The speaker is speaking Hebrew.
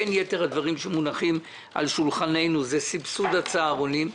בין יתר הדברים שמונחים על שולחננו זה סבסוד הצהרונים.